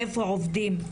איפה עובדים?